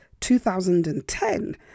2010